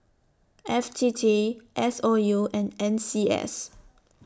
F T T S O U and N C S